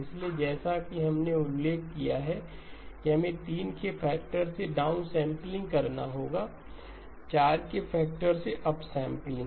इसलिए जैसा कि हमने उल्लेख किया है कि हमें 3 के फैक्टर से डाउनसैंपलिंग करना होगा 4 के फैक्टर से अपसैंपलिंग